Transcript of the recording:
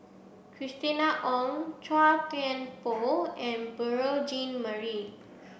Christina Ong Chua Thian Poh and Beurel Jean Marie